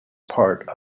part